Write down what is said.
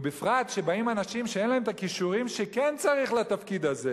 ובפרט כשבאים אנשים שאין להם הכישורים שכן צריך לתפקיד הזה.